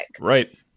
right